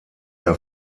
der